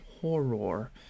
Horror